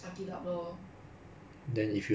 obviously lah this type of question need to meh